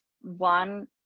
one